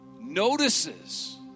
notices